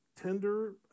tender